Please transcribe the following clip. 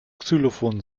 xylophon